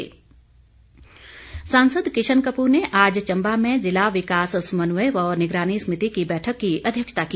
किशन कपूर सांसद किशन कपूर ने आज चंबा में ज़िला विकास संमन्वय व निगरानी समिति की बैठक की अध्यक्षता की